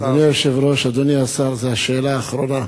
אדוני היושב-ראש, אדוני השר, זו השאלה האחרונה.